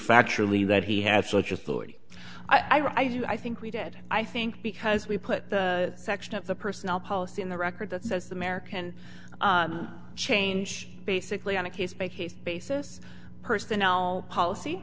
factually that he had such authority i do i think we did i think because we put the section of the personnel policy in the record that's the american change basically on a case by case basis personnel policy